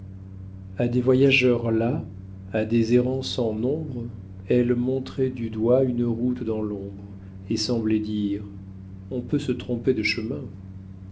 à des voyageurs las à des errants sans nombre elle montrait du doigt une route dans l'ombre et semblait dire on peut se tromper de chemin